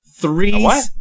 Three